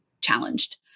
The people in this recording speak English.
challenged